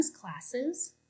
classes